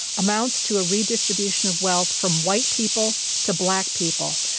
amounts to a redistribution of wealth from white people to black people,